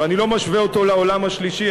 ואני לא משווה אותו לעולם השלישי,